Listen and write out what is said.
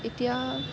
এতিয়া